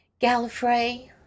Gallifrey